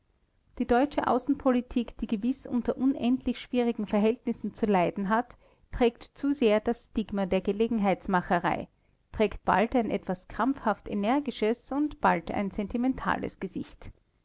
die deutsche außenpolitik die gewiß unter unendlich schwierigen verhältnissen zu leiden hat trägt zu sehr das stigma der gelegenheitsmacherei trägt bald ein etwas krampfhaft energisches und bald ein sentimentales gesicht